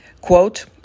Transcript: Quote